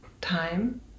time